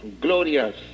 glorious